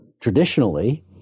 traditionally